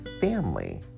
family